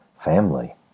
family